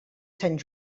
sant